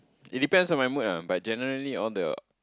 it depends on my mood ah but generally all the